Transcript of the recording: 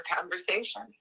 conversation